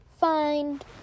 find